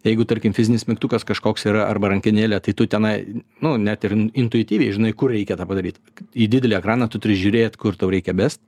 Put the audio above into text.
jeigu tarkim fizinis mygtukas kažkoks yra arba rankenėlė tai tu tenai nu net ir intuityviai žinai kur reikia tą padaryt į didelį ekraną tu turi žiūrėt kur tau reikia best